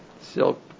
silk